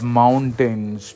mountains